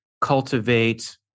cultivate